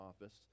office